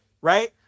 right